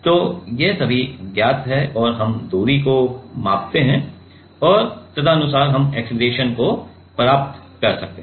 तो ये सभी ज्ञात हैं और हम दूरी को मापते हैं और तदनुसार हम अक्सेलरेशन प्राप्त कर सकते हैं